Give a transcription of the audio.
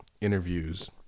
interviews